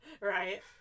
Right